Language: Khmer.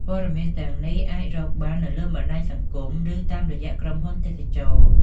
ព័ត៌មានទាំងនេះអាចរកបាននៅលើបណ្តាញសង្គមឬតាមរយៈក្រុមហ៊ុនទេសចរណ៍។